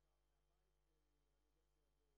מנכ"ל הכנסת פשוט עבד לילות כימים והפך את הכנסת למקום טוב יותר,